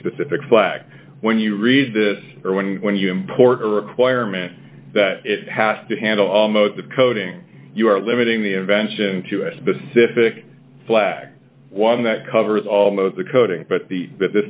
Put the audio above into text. specific flak when you read this or when when you import or requirement that it has to handle almost the coding you are limiting the invention to a specific black one that covers all know the coding but the but the